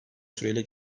süreyle